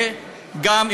וגם,